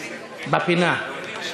והמחאה,